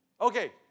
Okay